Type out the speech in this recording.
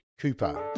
Cooper